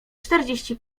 czterdzieści